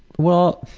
well,